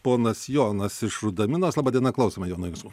ponas jonas iš rudaminos laba diena klausome jonai jūsų